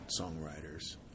songwriters